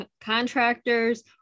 contractors